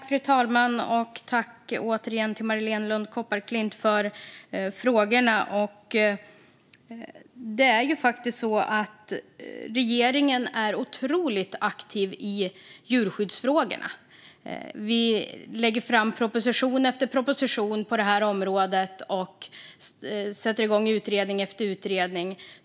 Fru talman! Tack, Marléne Lund Kopparklint, för frågorna! Regeringen är faktiskt otroligt aktiv i djurskyddsfrågorna. Vi lägger fram proposition efter proposition på detta område och sätter igång utredning efter utredning.